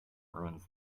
ruins